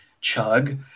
chug